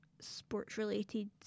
sports-related